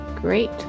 great